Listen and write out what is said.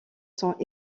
sont